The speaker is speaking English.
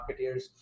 marketeers